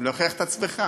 להוכיח את עצמך.